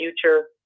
future